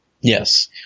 Yes